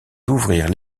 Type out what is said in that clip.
d’ouvrir